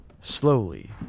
Slowly